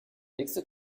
nächste